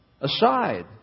aside